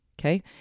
okay